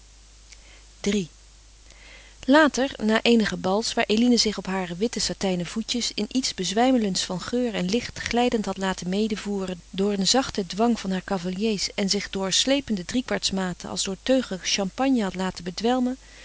iii later na eenige bals waar eline zich op hare witte satijnen voetjes in iets bezwijmelends van geur en licht glijdend had laten medevoeren door een zachten dwang van haar cavaliers en zich door slepende driekwartsmaten als door teugen champagne had laten bedwelmen